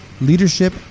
leadership